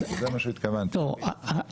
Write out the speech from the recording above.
מדובר על